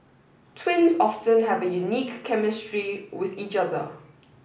twins often have a unique chemistry with each other